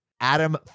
Adam